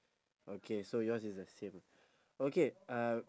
okay so yours is the same okay uh